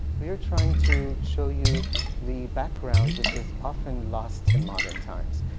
we are trying to show you the background which is often lost in modern times.